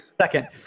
second